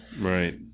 Right